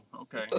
okay